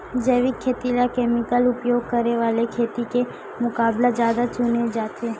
जैविक खेती ला केमिकल उपयोग करे वाले खेती के मुकाबला ज्यादा चुने जाते